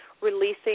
releasing